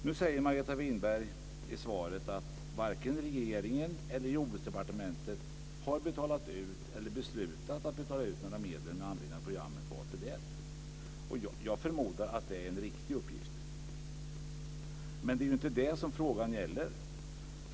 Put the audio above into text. Nu säger Margareta Winberg i svaret att varken regeringen eller Jordbruksdepartementet har betalat ut eller beslutat att betala ut några medel med anledning av programmet Mat - vad är det?, och jag förmodar att det är en riktig uppgift. Men det är inte det som frågan gäller.